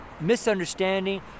misunderstanding